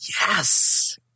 Yes